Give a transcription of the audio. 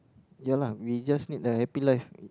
ya lah we just need a happy life